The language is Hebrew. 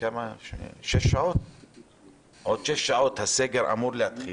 עוד שש שעות הסגר אמור להתחיל,